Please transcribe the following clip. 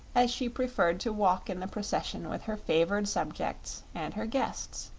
as she preferred to walk in the procession with her favored subjects and her guests.